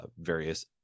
various